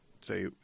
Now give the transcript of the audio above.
say